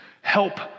Help